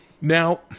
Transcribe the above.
Now